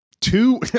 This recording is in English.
Two